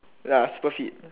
ya super fit